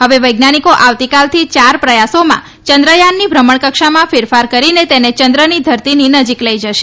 હવે વૈજ્ઞાનીકો આવતીકાલથી યાર પ્રથાસોમાં ચંદ્રથાનની ભ્રમણકક્ષામાં ફેરફાર કરીને તેને ચંદ્રની ધરતીની નજીક લઇ જશે